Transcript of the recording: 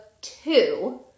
two